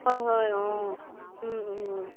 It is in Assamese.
হয় হয় অ'